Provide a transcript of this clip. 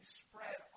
spread